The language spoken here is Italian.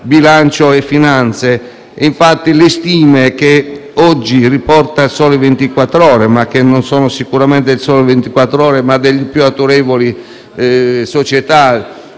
bilancio e finanze. Infatti le stime che oggi riporta «Il Sole 24 Ore», che non sono sicuramente di questo giornale ma delle più autorevoli società